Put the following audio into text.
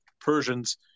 Persians